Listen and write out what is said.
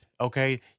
okay